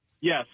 Yes